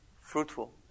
fruitful